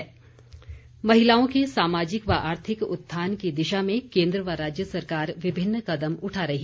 महिला सशक्तिकरण महिलाओं के सामाजिक व आर्थिक उत्थान की दिशा में केन्द्र व राज्य सरकार विभिन्न कदम उठा रही